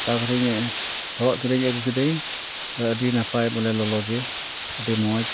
ᱦᱟᱛᱟᱣ ᱠᱟᱛᱮ ᱦᱚᱨᱚᱜ ᱠᱟᱛᱮᱧ ᱟᱹᱜᱩ ᱠᱤᱫᱟᱹᱧ ᱟᱹᱰᱤ ᱱᱟᱯᱟᱭ ᱵᱚᱞᱮ ᱞᱚᱞᱚᱜᱮ ᱟᱹᱰᱤ ᱢᱚᱡᱽ